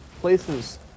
places